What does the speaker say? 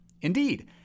Indeed